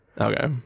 Okay